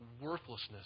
worthlessness